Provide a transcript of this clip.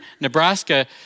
Nebraska